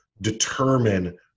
Determine